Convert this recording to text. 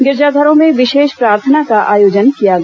गिरिजाघरों में विशेष प्रार्थना का आयोजन किया गया